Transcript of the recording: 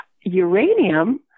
uranium